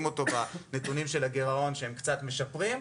אותו גם בנתוני הגירעון שקצת משתפרים.